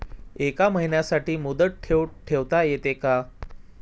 एका महिन्यासाठी मुदत ठेव ठेवता येते का?